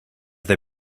they